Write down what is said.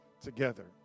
together